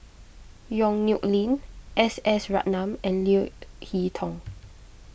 Yong Nyuk Lin S S Ratnam and Leo Hee Tong